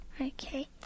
Okay